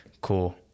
cool